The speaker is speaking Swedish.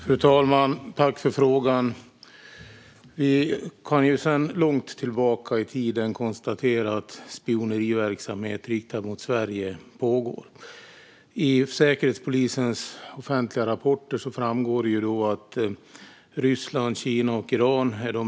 Fru talman! Jag tackar ledamoten för frågan. Vi kan konstatera att det sedan lång tid tillbaka pågår spioneriverksamhet riktad mot Sverige. I Säkerhetspolisens offentliga rapporter pekas särskilt länderna Ryssland, Kina och Iran ut.